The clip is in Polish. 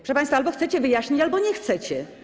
Proszę państwa, albo chcecie wyjaśnić, albo nie chcecie.